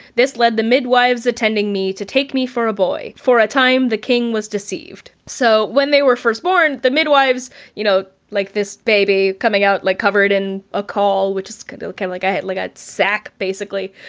this led the midwives attending me to take me for a boy. for a time the king was deceived. so when they were first born, the midwives you know like this baby coming out, like covered in a caul, which is kinda kind of like like a sack basically.